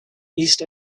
east